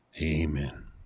Amen